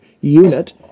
unit